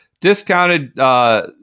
discounted